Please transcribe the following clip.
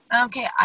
okay